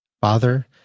Father